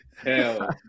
Hell